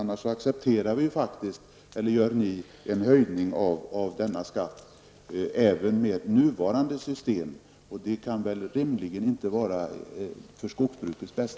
Annars accepterar man en höjning av denna skatt även med nuvarande system, och det kan rimligen inte vara till gagn för skogsbruket.